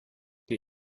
die